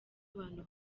abantu